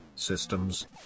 systems